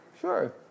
Sure